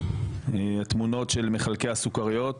התמונות של מחלקי הסוכריות